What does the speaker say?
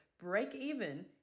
break-even